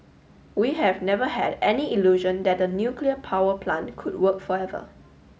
we have never had any illusion that the nuclear power plant could work forever